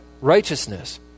righteousness